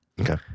Okay